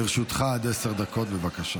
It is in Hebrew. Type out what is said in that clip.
לרשותך עד עשר דקות, בבקשה.